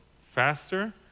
faster